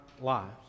lives